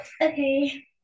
okay